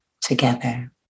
together